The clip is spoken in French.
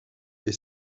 est